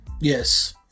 Yes